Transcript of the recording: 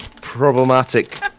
problematic